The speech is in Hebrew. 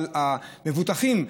אבל המבוטחים,